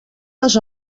les